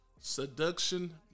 Seduction